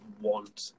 want